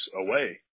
away